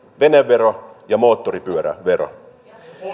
venevero ja moottoripyörävero